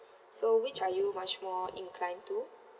so which are you much more inclined to